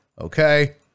Okay